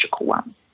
one